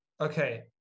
Okay